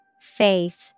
Faith